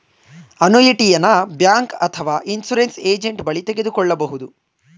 ಅನುಯಿಟಿಯನ bank ಅಥವಾ insurance agent ಬಳಿ ತೆಗೆದುಕೊಳ್ಳಬಹುದು